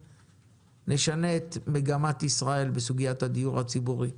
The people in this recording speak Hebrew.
נשנה את מגמת ישראל בסוגיית הדיור הציבורי.